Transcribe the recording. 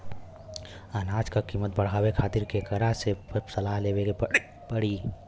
अनाज क कीमत बढ़ावे खातिर केकरा से सलाह लेवे के पड़ी?